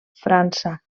frança